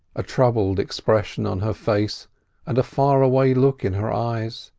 a troubled expression on her face and a far-away look in her eyes.